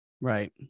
Right